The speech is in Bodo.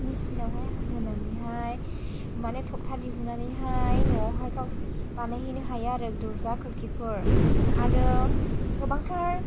मिसिन आवहाय हाहोनानैहाय मानि थगथा दिहुननानैहाय न'आवहाय गाव बानायहैनो हायो आरो दरजा खोरखिफोर आरो गोबांथार